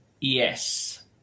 Yes